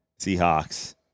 Seahawks